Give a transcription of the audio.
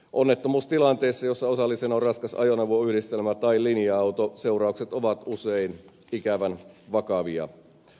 onnettomuustilanteessa jossa osallisena on raskas ajoneuvoyhdistelmä tai linja auto seuraukset ovat usein ikävän vakavia